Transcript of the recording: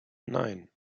nein